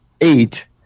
eight